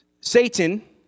Satan